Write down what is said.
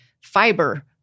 fiber